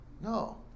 No